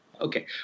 Okay